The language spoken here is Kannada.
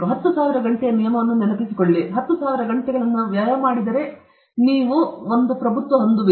10000 ಗಂಟೆಯ ನಿಯಮವನ್ನು ನೆನಪಿಸಿಕೊಳ್ಳಿ ನೀವು 10000 ಗಂಟೆಗಳನ್ನು ಖರ್ಚು ಮಾಡಿದರೆ ನೀವು ಈಗಾಗಲೇ ಅದನ್ನು ಹೊಂದಿದ್ದೀರಿ